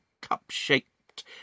cup-shaped